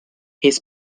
his